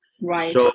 Right